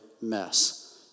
mess